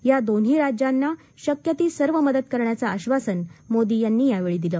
या दोन्ही राज्यांना शक्य ती सर्व मदत करण्याचं आश्वासन मोदी यांनी यावेळी दिलं